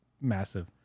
massive